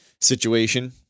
situation